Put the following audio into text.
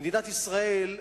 במדינת ישראל,